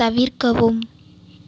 தவிர்க்கவும்